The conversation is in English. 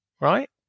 right